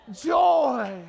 joy